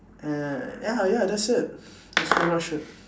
and ya ya that's it that's pretty much it